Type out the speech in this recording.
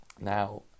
Now